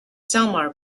delmar